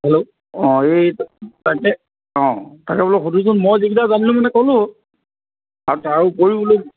hello অঁ এই তাকে অঁ তাকে বোলো সুধোঁচোন মই যিকেইটা জানো ক'লোঁ আৰু তাৰ উপৰিও বোলো